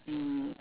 mm